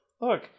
look